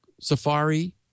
Safari